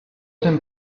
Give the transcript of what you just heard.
tym